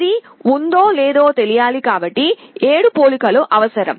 అది ఉందో లేదో తెలియాలి కాబట్టి 7 పోలికలు అవసరం